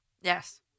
Yes